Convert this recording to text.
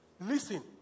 Listen